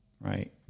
right